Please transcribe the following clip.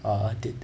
err they